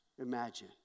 imagine